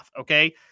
okay